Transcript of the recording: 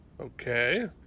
okay